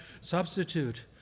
substitute